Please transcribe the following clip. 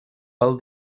pel